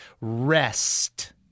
Rest